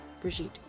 Brigitte